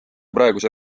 praeguse